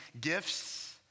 gifts